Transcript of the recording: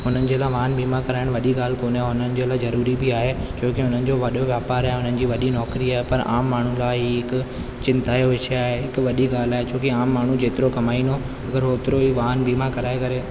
हुननि जे लाइ वाहन बीमा कराइणु वॾी ॻाल्हि कोन्हे उन्हनि जे लाइ ज़रूरी बि आहे छोकी उन्हनि जो वॾो वापारु ऐं उन्हनि जी वॾी नौकिरी आहे पर आम माण्हुनि जा हिकु चिंता जो विषय आहे हिकु वॾी ॻाल्हि आहे छोकी आम माण्हू जेतिरो कमाईंदो होतिरो ई वाहन बीमा कराए करे